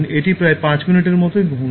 এটি প্রায় পাঁচ মিনিটের মতোই নয়